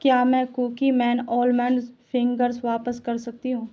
کیا میں Cookie Man almond fingers واپس کر سکتی ہوں